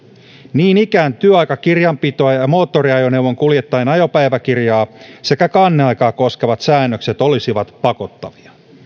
niin ikään työaikakirjanpitoa ja moottoriajoneuvon kuljettajien ajopäiväkirjaa sekä kanneaikaa koskevat säännökset olisivat pakottavia